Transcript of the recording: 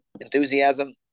enthusiasm